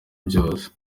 byose